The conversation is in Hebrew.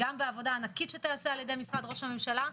גם בעבודה ענקית שתיעשה על ידי משרד ראש הממשלה,